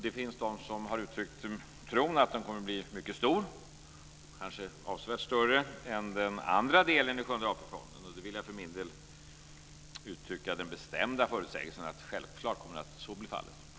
Det finns de som har uttryckt tron att den kommer att bli mycket stor, kanske avsevärt större än den andra delen i den sjunde AP fonden. För min del vill jag uttrycka den bestämda förutsägelsen att självklart kommer så bli fallet.